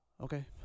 okay